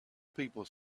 people